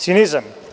Cinizam.